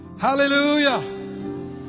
Hallelujah